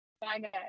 Bye